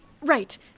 Right